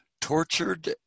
tortured